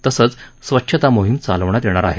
तसंच स्वच्छता मोहीम चालवण्यात येणार हे